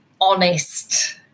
honest